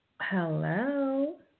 Hello